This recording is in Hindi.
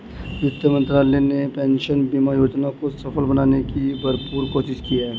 वित्त मंत्रालय ने पेंशन बीमा योजना को सफल बनाने की भरपूर कोशिश की है